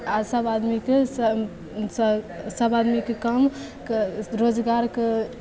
आ सभ आदमीकेँ सभ सभ सभ आदमीकेँ कामके रोजगारके